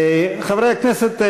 חברי הכנסת,